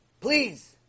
Please